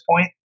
point